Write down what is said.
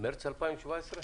במרס 2017,